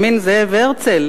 בנימין זאב הרצל,